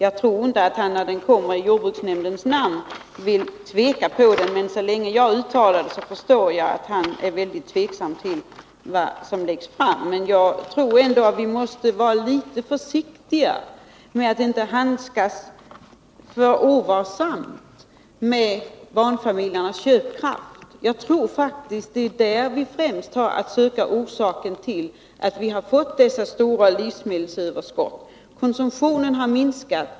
I och med att den ges ut i jordbruksnämndens namn, tvivlar nog inte Filip Johansson på riktigheten i de uppgifter som lämnas. Jag förstår att han tvivlar på uppgifterna så länge han bara får höra dem av mig. Som jag ser det måste vi handskas varsamt med barnfamiljernas köpkraft. Jag tror att det är där vi främst har att söka orsaken till de stora livsmedelsöverskotten. Konsumtionen har alltså minskat.